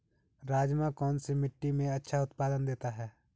राजमा कौन सी मिट्टी में अच्छा उत्पादन देता है?